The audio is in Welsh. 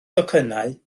docynnau